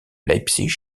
leipzig